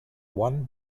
one